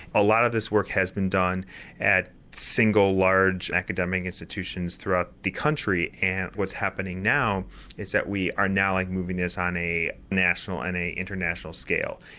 a lot of this work has been done at single large academic institutions throughout the country and what's happening now is that we are now like moving this on a national and international scale.